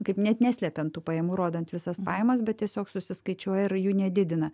kaip net neslepiant tų pajamų rodant visas pajamas bet tiesiog susiskaičiuoja ir jų nedidina